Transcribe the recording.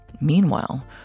Meanwhile